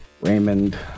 Raymond